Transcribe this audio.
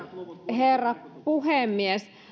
herra puhemies